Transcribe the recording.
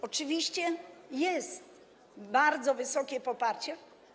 Oczywiście jest bardzo wysokie poparcie.